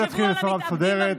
בואי נתחיל בצורה מסודרת.